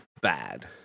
bad